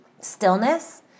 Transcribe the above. stillness